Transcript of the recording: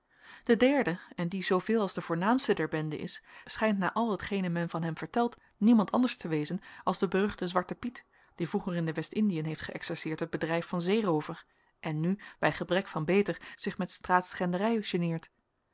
de derde en die zooveel als de voornaamste der bende is schijnt na al hetgene men van hem vertelt niemand anders te wezen als de beruchte zwarte piet die vroeger in de west indien heeft geexcerceerd het bedrijf van zeeroover en nu bij gebrek van beter zich met